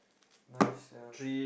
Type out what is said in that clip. nice sia